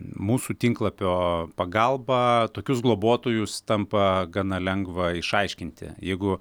mūsų tinklapio pagalba tokius globotojus tampa gana lengva išaiškinti jeigu